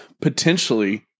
potentially